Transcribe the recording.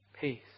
peace